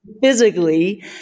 physically